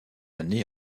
année